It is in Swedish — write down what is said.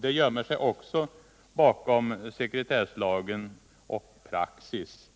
Det gömmer sig också bakom sekretesslagen och bakom praxis!